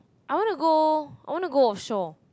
I want to go I want to go offshore